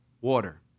water